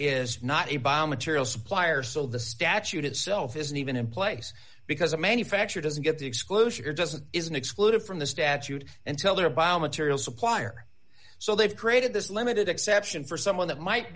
is not a bomb material supplier so the statute itself isn't even in place because a manufacturer doesn't get the exclusion or doesn't isn't excluded from the statute until their bio material supplier so they've created this limited exception for someone that might